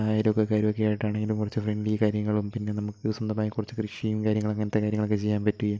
അയലോക്കക്കാരൊക്കെ ആയിട്ടാണെങ്കിലും കുറച്ച് ഫ്രണ്ട്ലി കാര്യങ്ങളും പിന്നെ നമുക്ക് സ്വന്തമായി കുറച്ച് കൃഷിയും കാര്യങ്ങളും അങ്ങനത്തെ കാര്യങ്ങളൊക്കെ ചെയ്യാൻ പറ്റുകയും